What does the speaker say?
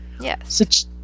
Yes